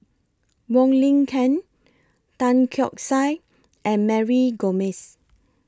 Wong Lin Ken Tan Keong Saik and Mary Gomes